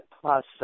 plus